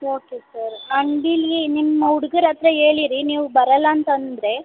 okay sir ಅಂಗಡೀಲಿ ನಿಮ್ಮ ಹುಡುಗ್ರ ಹತ್ರ ಹೇಳಿರಿ ನೀವು ಬರೋಲ್ಲ ಅಂತಂದರೆ